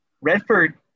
Redford